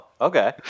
okay